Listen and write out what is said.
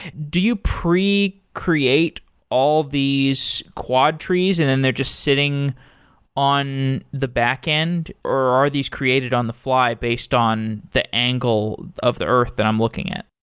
do you pre-create all these quadtrees and then they're just sitting on the backend, or are these created on the fly based on the angle of the earth that i'm looking at?